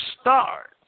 start